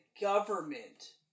government